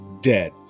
dead